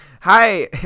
Hi